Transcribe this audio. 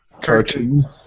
cartoon